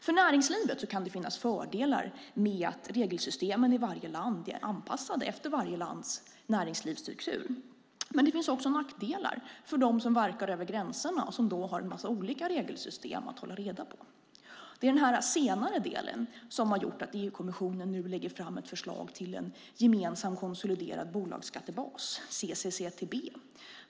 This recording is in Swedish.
För näringslivet kan det finnas fördelar med att regelsystemen i varje land är anpassade efter varje lands näringslivsstruktur. Men det finns också nackdelar för dem som verkar över gränserna och som då har en massa olika regelsystem att hålla reda på. Det är den här senare delen som har gjort att EU-kommissionen nu lägger fram ett förslag till en gemensam konsoliderad bolagsskattebas, CCCTB.